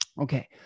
Okay